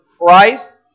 Christ